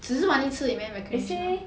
只是玩一次而已 meh recreational